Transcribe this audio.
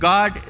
God